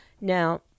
Now